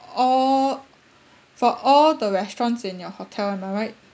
all for all the restaurants in your hotel am I right